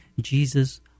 Jesus